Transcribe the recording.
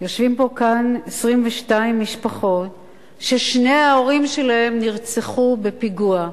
יושבים פה בני 22 משפחות ששני ההורים שלהם נרצחו בפיגוע.